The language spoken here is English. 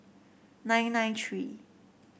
nine nine three